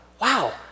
wow